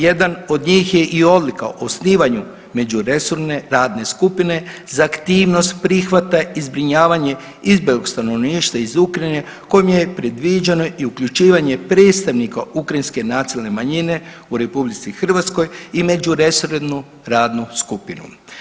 Jedan od njih je i odlika o osnivanju međuresorne radne skupine za aktivnost prihvata i zbrinjavanje izbjeglog stanovništva iz Ukrajine kojim je predviđeno i uključivanje predstavnika ukrajinske nacionalne manjine u RH i međuresornu radnu skupinu.